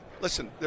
Listen